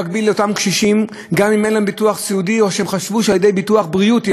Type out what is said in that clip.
התופעות האלה נכונות לתופעות של ביטוח סיעודי וביטוח בריאות.